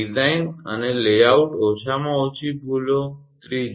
design અને લેઆઉટમાં ઓછામાં ઓછી ભૂલો 3